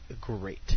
great